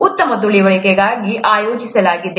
ಉತ್ತಮ ತಿಳುವಳಿಕೆಗಾಗಿ ಆಯೋಜಿಸಲಾಗಿದೆ